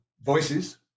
voices